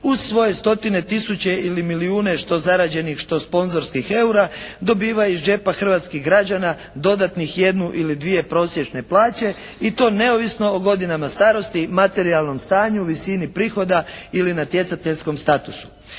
uz svoje stotine, tisuće ili milijune što zarađenih što sponzorskih eura dobiva iz džepa hrvatskih građana dodatnih jednu ili dvije prosječne plaće, i to neovisno o godinama starosti, materijalnom stanju, visini prihoda ili natjecateljskom statusu.